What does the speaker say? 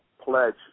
pledge